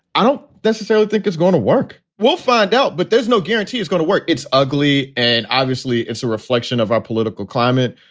i don't necessarily think it's going to work. we'll find out. but there's no guarantee is going to work. it's ugly. and obviously it's a reflection of our political climate.